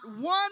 one